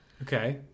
Okay